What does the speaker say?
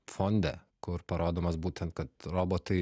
fonde kur parodomas būtent kad robotai